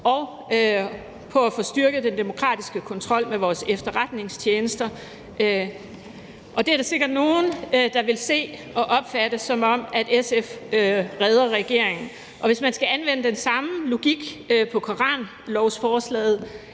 og om at få styrket den demokratiske kontrol med vores efterretningstjenester. Det er der sikkert nogen der vil se og opfatte, som om SF redder regeringen. Hvis man skal anvende den samme logik på koranlovsforslaget,